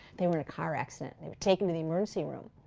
they were in a car accident and they were taken to the emergency room.